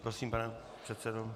Prosím, pane předsedo.